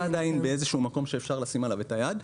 עדיין באיזשהו מקום שאפשר לשים עליו את היד.